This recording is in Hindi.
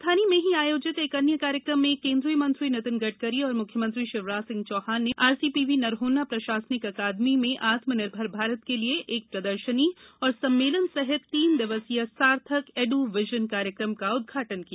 राजधानी में ही आयोजित एक अन्य कार्यक्रम में केंद्रीय मंत्री नितिन गडकरी और मुख्यमंत्री शिवराज सिंह चौहान ने भोपाल के आरसीपीवी नरोन्हा प्रशासनिक अकादमी में आत्मनिर्भर भारत के लिए एक प्रदर्शनी और सम्मेलन सहित तीन दिवसीय सार्थक एड्र विजन कार्यक्रम का उद्घाटन किया